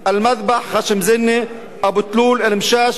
אל-מדבח, חשמזנה, אבו-תלול, אל-משאש,